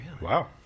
Wow